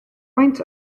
faint